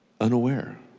unaware